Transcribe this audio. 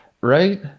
right